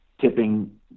tipping